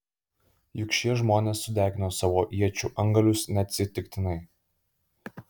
juk šie žmonės sudegino savo iečių antgalius neatsitiktinai